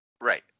Right